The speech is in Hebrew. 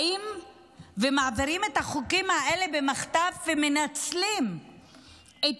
באים ומעבירים את החוקים האלה במחטף, ומנצלים את